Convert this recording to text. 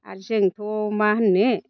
आरो जोंथ' मा होननो